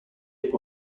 shape